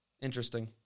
Interesting